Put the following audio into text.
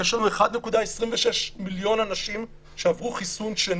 יש 1.26 מיליון אנשים שעברו חיסון שני.